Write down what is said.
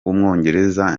w’umwongereza